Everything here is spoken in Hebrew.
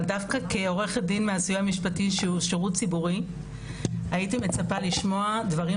דווקא כעורכת דין מהסיוע המשפטי שהוא שירות ציבורי הייתי מצפה לשמוע דברים